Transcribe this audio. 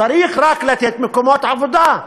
צריך רק לתת מקומות עבודה.